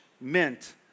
meant